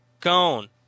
Cone